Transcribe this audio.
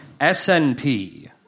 SNP